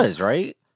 right